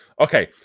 Okay